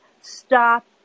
Stop